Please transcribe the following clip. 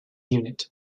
unit